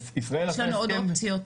יש לנו עוד אופציות.